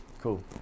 Cool